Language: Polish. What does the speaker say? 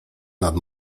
nad